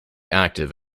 active